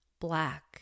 Black